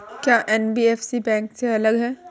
क्या NBFC bank से अलग है?